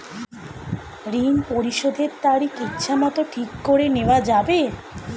ঋণ পরিশোধের তারিখ ইচ্ছামত ঠিক করে নেওয়া যাবে?